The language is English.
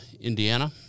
Indiana